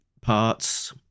parts